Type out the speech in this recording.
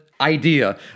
idea